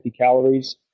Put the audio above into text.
calories